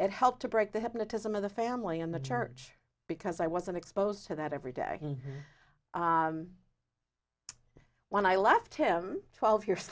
it helped to break the hypnotism of the family in the church because i wasn't exposed to that every day when i left him twelve years